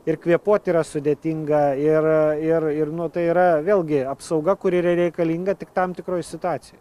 ir kvėpuot yra sudėtinga ir ir ir nu tai yra vėlgi apsauga kuri yra reikalinga tik tam tikroj situacijoj